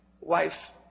wife